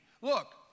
Look